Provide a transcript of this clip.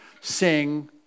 sing